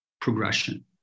progression